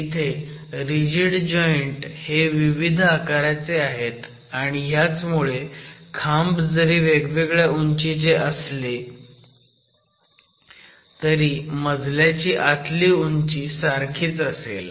इथे rigid joint हे विविध आकाराचे आहेत आणि ह्याचमुळे खांब जरी वेगवेगळ्या उंचीचे असले तरी मजल्याची आतली उंची सारखी असेल